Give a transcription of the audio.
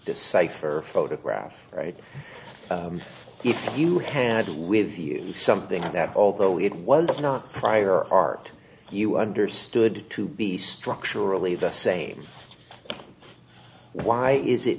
decipher photograph right if you had with you something that although it was not prior art you understood to be structurally the same why is it